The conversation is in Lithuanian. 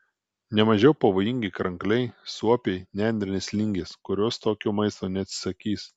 ne mažiau pavojingi krankliai suopiai nendrinės lingės kurios tokio maisto neatsisakys